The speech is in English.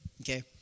okay